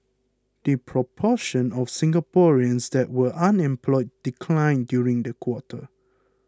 the proportion of Singaporeans that were unemployed declined during the quarter